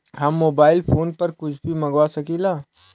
हम mobile phone पर कुछ भी मंगवा सकिला?